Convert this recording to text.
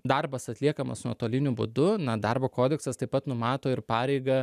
darbas atliekamas nuotoliniu būdu na darbo kodeksas taip pat numato ir pareigą